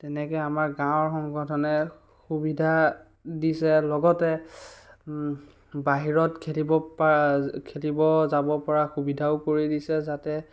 তেনেকৈ আমাৰ গাওঁৰ সংগঠনে সুবিধা দিছে লগতে বাহিৰত খেলিব পৰা খেলিব যাব পৰা সুবিধাও কৰি দিছে যাতে